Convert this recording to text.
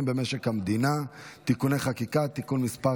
במשק המדינה (תיקוני חקיקה) (תיקון מס'